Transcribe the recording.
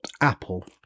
Apple